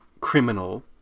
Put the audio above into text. criminal